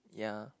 ya